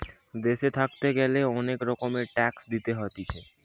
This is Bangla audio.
দেশে থাকতে গ্যালে অনেক রকমের ট্যাক্স দিতে হতিছে